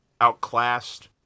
outclassed